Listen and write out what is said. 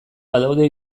badaude